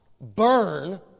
burn